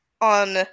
on